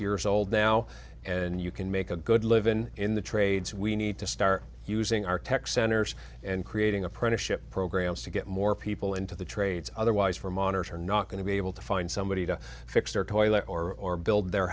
years old now and you can make a good livin in the trades we need to start using our tech centers and creating apprenticeship programs to get more people into the trades otherwise for minors are not going to be able to find somebody to fix their toilet or build their